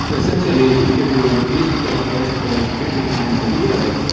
so essentially if you do east coast, west coast fifty times a year,